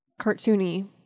cartoony